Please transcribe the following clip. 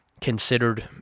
Considered